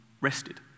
rested